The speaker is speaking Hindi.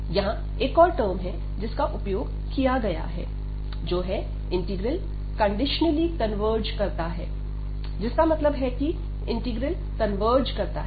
यहां एक और टर्म है जिसका उपयोग किया गया है जो है इंटीग्रल कंडीशनली कन्वर्ज करता है जिसका मतलब है की इंटीग्रल कन्वर्ज करता है